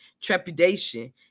trepidation